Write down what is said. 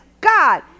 God